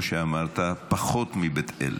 אני מקווה שיעבור בתמיכה רחבה.